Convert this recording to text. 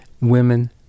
women